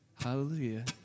hallelujah